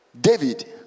David